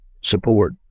support